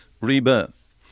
rebirth